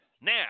Now